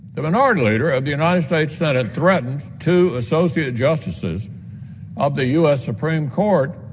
the minority leader of the united states senate threatened two associate justices of the u s. supreme court